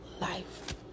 life